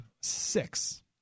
six